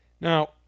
Now